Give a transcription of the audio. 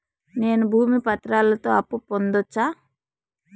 నేను భూమి పత్రాలతో అప్పు పొందొచ్చా?